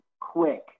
quick